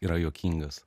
yra juokingas